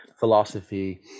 philosophy